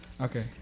Okay